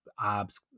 abs